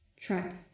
Trap